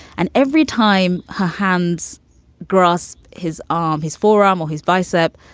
and every time her hands grasp his arm, his forearm or his bicep.